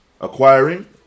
acquiring